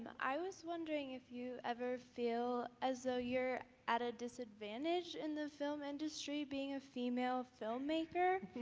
i was wondering if you ever feel as though you're at a disadvantage in the film industry being a female filmmaker,